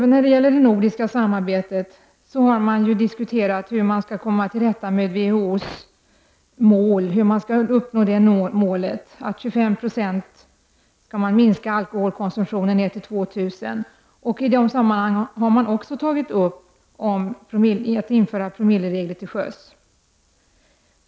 När det gäller det nordiska samarbetet har man diskuterat hur man skall komma till rätta med WHO:s mål att alkoholkonsumtionen skall minska med 25 9; till år 2000. Även i det sammanhanget har man tagit upp frågan om att införa promilleregler till sjöss.